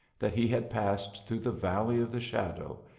that he had passed through the valley of the shadow,